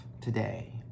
today